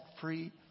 free